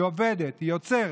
היא עובדת, היא יוצרת.